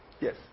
Yes